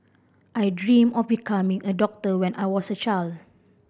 I dream of becoming a doctor when I was a child